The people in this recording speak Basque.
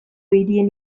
hirien